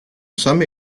some